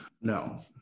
No